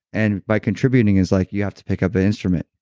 and by contributing is like you have to pick up an instrument,